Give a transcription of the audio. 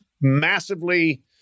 massively